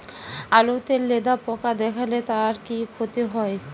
আলুতে লেদা পোকা দেখালে তার কি ক্ষতি হয়?